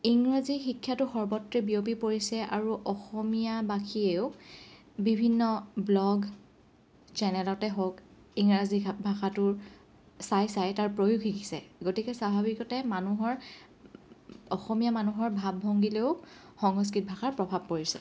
ইংৰাজী শিক্ষাটো সৰ্বত্ৰে বিয়পি পৰিছে আৰু অসমীয়াবাসীয়েও বিভিন্ন ব্লগ চেনেলতে হওক ইংৰাজী ভাষাটোৰ চাই চাই তাৰ প্ৰয়োগ শিকিছে গতিকে স্বাভাৱিকতে মানুহৰ অসমীয়া মানুহৰ ভাৱ ভংগীলৈয়ো সংস্কৃত ভাষাৰ প্ৰভাৱ পৰিছে